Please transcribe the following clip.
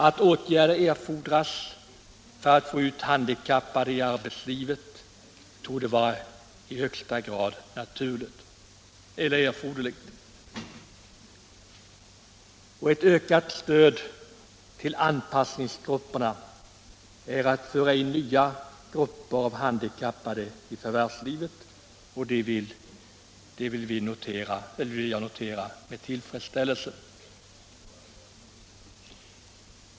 Att åtgärder vidtas för att få ut handikappade i arbetslivet torde vara i högsta grad erforderligt. Ett ökat stöd till anpassningsgrupperna är att föra in nya grupper av handikappade i förvärvslivet, och det vill jag notera med tillfredsställelse.